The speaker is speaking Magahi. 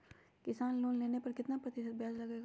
किसान लोन लेने पर कितना प्रतिशत ब्याज लगेगा?